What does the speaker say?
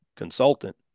consultant